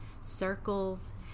circles